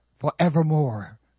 forevermore